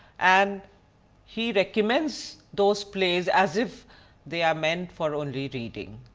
and he recommends those plays as if they are meant for only reading.